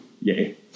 yay